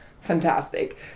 fantastic